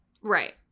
Right